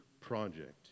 project